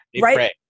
right